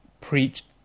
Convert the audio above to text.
Preached